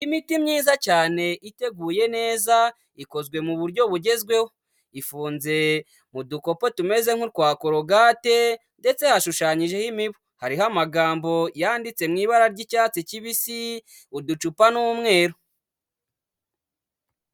Imiti myiza cyane iteguye neza, ikozwe mu buryo bugezweho. Ifunze mu dukopo tumeze nk'utwa korogate ndetse hashushanyijeho imibu. Hariho amagambo yanditse mu ibara ry'icyatsi kibisi uducupa ni umweru.